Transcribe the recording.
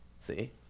See